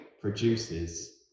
produces